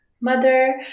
mother